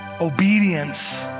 Obedience